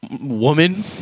Woman